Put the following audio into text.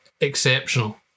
Exceptional